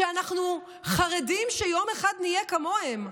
שאנחנו חרדים שיום אחד נהיה כמוהם,